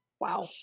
Wow